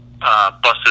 Busted